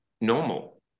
normal